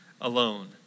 alone